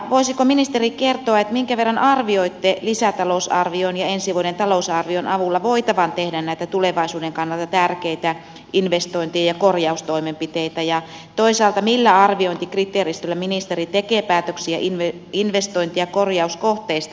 voisiko ministeri kertoa minkä verran arvioitte lisätalousarvion ja ensi vuoden talousarvion avulla voitavan tehdä näitä tulevaisuuden kannalta tärkeitä investointeja ja korjaustoimenpiteitä ja toisaalta millä arviointikriteeristöllä ministeri tekee päätöksiä investointi ja korjauskohteista eri maakuntiin